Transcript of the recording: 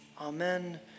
Amen